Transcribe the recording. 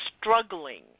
struggling